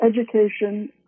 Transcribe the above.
education